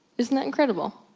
isn't that incredible?